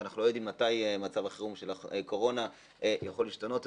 ואנחנו לא יודעים מתי מצב החירום של הקורונה יכול להשתנות.